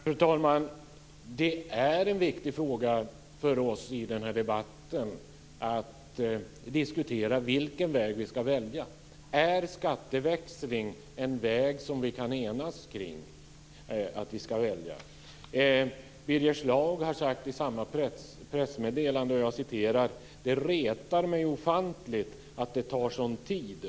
Fru talman! Det är en viktigt fråga för oss i den här debatten att diskutera vilken väg som vi ska välja. Är skatteväxling en väg som vi kan enas om? Birger Schlaug sade i samma pressmeddelande: Det retar mig ofantligt att det tar sådan tid.